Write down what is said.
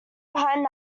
behind